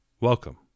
Welcome